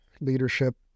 leadership